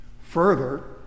Further